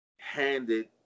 handed